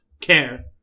care